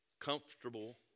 comfortable